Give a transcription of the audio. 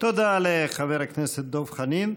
תודה לחבר הכנסת דב חנין.